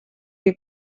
que